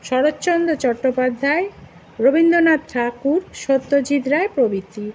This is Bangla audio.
শরৎচন্দ্র চট্টোপাধ্যায় রবীন্দ্রনাথ ঠাকুর সত্যজিৎ রায় প্রভৃতি